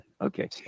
Okay